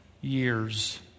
years